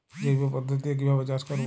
জৈব পদ্ধতিতে কিভাবে চাষ করব?